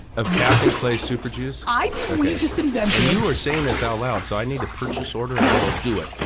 of captain clay's super juice? i think we just invented and you were saying this out loud so i need a purchase order and i will do it.